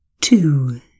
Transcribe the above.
Two